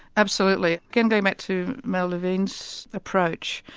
absolutely. again, going back to mel levine's approach,